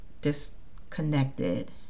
disconnected